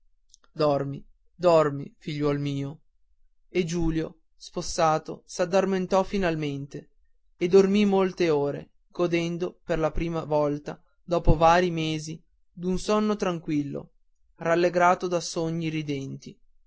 dormi dormi figliuol mio e giulio spossato s'addormentò finalmente e dormì molte ore godendo per la prima volta dopo vari mesi d'un sonno tranquillo rallegrato da sogni ridenti